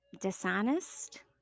dishonest